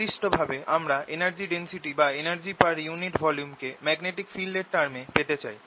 নির্দিষ্টভাবে আমরা energy density বা এনার্জি পার ইউনিট ভলিউম কে ম্যাগনেটিক ফিল্ড এর টার্ম এ পেতে চাই